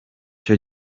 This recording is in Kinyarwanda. cyo